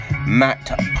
Matt